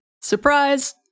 Surprise